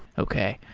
okay.